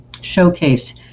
showcase